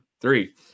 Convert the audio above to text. three